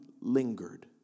Lingered